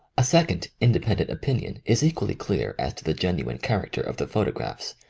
a second independent opinion is equally clear as to the genuine character of the photographs,